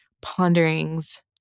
ponderings